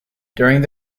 during